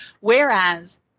whereas